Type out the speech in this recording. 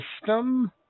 system